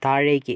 താഴേക്ക്